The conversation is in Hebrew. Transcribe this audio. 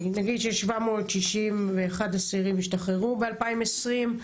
נגיד ש-761 אסירים השתחררו ב-2020,